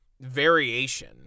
variation